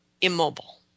immobile